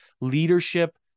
leadership